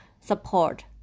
support